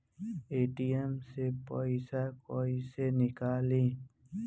ATM से पइसा कइसे निकली?